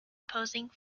posing